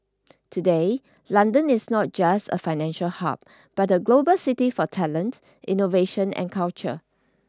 today London is not just a financial hub but a global city for talent innovation and culture